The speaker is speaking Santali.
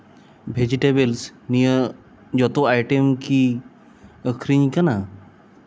ᱵᱷᱮᱡᱤᱴᱮᱵᱞᱥ ᱱᱤᱭᱟᱹ ᱡᱚᱛᱚ ᱟᱭᱴᱮᱢ ᱠᱤ ᱟᱹᱠᱷᱨᱤᱧ ᱠᱟᱱᱟ